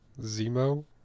Zemo